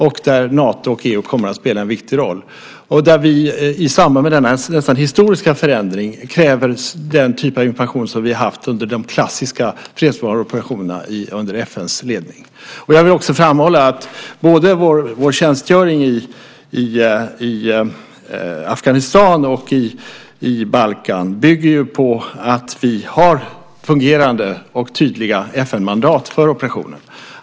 Där kommer Nato och EU att spela en viktig roll, och i samband med denna nästan historiska förändring kräver vi den typen av information som vi haft under de klassiska fredsbevarande operationerna under FN:s ledning. Jag vill också framhålla att både vår tjänstgöring i Afghanistan och på Balkan bygger på att vi har fungerande och tydliga FN-mandat för operationerna.